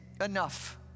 enough